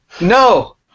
No